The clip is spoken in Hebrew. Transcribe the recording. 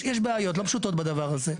יש בעיות לא פשוטות בדבר הזה.